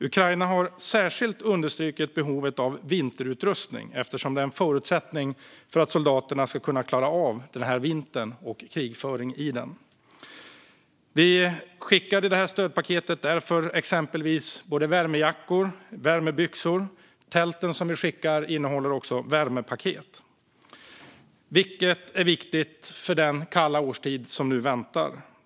Ukraina har särskilt understrukit behovet av vinterutrustning, eftersom den är en förutsättning för att soldaterna ska kunna klara av krigföring under den här vintern. Vi skickar i det här stödpaketet därför exempelvis värmejackor och värmebyxor. Tälten som vi skickar innehåller värmepaket, vilket är viktigt inför den kalla årstid som nu väntar.